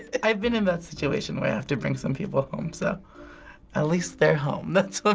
i've been in that situation where i have to bring some people home, so at least they're home. that's what